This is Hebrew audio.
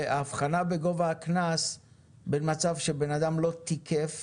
וההבחנה בגובה הקנס בין מצב שבן אדם לא תיקף